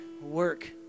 work